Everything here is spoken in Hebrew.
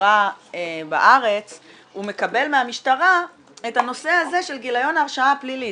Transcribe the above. לחברה בארץ הוא מקבל מהמשטרה את הנושא הזה של גיליון הרשעה פלילית.